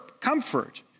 comfort